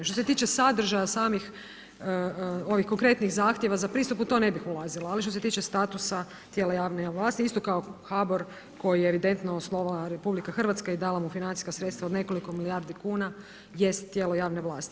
Što se tiče sadržaja samih ovih konkretnih zahtjeva za pristup, u to ne bih ulazila, ali što se tiče statusa tijela javne vlasti, isto kao HBOR koji je evidentno osnovala RH i dala mu financijska sredstva od nekoliko milijardi kuna jest tijelo javne vlasti.